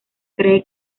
cree